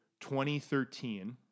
2013